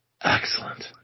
Excellent